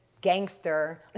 Gangster